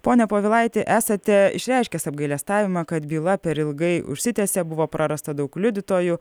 pone povilaiti esate išreiškęs apgailestavimą kad byla per ilgai užsitęsė buvo prarasta daug liudytojų